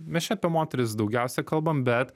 mes čia apie moteris daugiausia kalbam bet